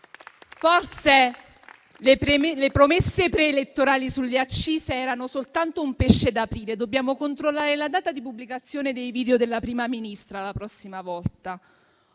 Forse le promesse preelettorali sulle accise erano soltanto un pesce d'aprile; dobbiamo controllare la data di pubblicazione dei video della Prima Ministra, la prossima volta.